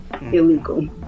illegal